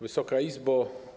Wysoka Izbo!